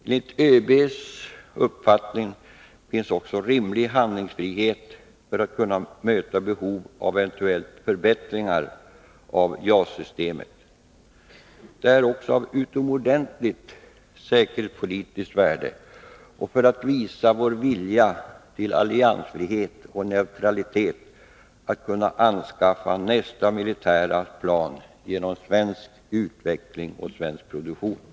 Enligt ÖB:s uppfattning finns också rimlig handlingsfrihet för att kunna möta eventuella behov av förbättringar av JAS-systemet. Det är också av utomordentligt säkerhetspolitiskt värde och visar vår vilja till alliansfrihet och neutralitet att kunna anskaffa nästa militära plan genom svensk utveckling och produktion.